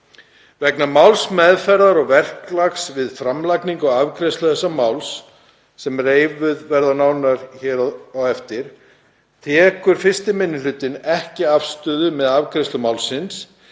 Vegna málsmeðferðar og verklags við framlagningu og afgreiðslu þessa máls, sem reifuð verða nánar hér á eftir, tekur 1. minni hluti ekki afstöðu með afgreiðslu málsins,